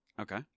Okay